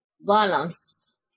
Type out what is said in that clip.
balanced